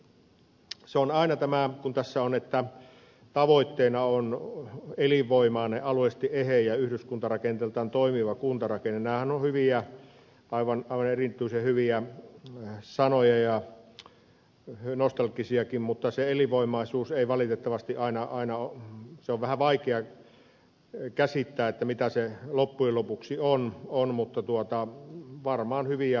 kun tässä on sanottu että tavoitteena olisi elinvoimainen alueellisesti eheä ja yhdyskuntarakenteeltaan toimiva kuntarakenne niin nämähän ovat hyviä aivan erityisen hyviä sanoja ja nostalgisiakin mutta se ylivoimaisuus ei valitettavasti aina aina on vähän vaikea käsittää mitä se elinvoimaisuus loppujen lopuksi on mutta varmaan hyviä perusteita